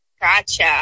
gotcha